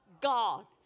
God